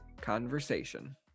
Conversation